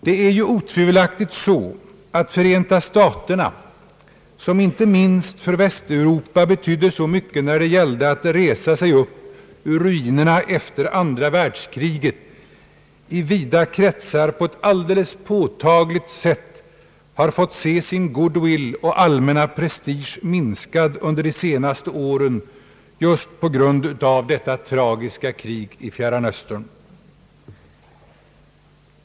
Det är otvivelaktigt så att Förenta staterna — som inte minst för Västeuropa betydde så mycket när det gällde att resa sig ur ruinerna efter det andra världskriget — i vida kretsar på ett alldeles påtagligt sätt har fått se sin goodwill och allmänna prestige minskas under de allra senaste åren på grund av detta tragiska krig i Fjärran Östern.